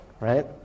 right